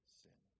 sin